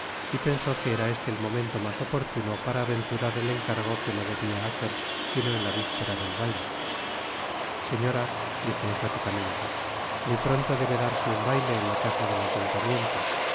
y pensó que era este el momento mas oportuno para aventurar el encargo que no debia hacer sino en la vispera del baile seoora dijo enfáticamente muy pronto debe darse un baile en la casa del ayuntamiento quiero que